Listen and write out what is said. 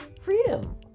freedom